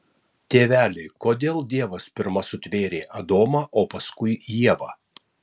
tėveli kodėl dievas pirma sutvėrė adomą o paskui ievą